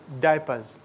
diapers